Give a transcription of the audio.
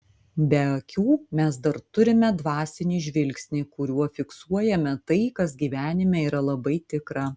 be akių mes dar turime dvasinį žvilgsnį kuriuo fiksuojame tai kas gyvenime yra labai tikra